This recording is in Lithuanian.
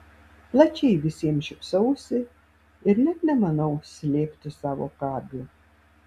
plačiai visiems šypsausi ir net nemanau slėpti savo kabių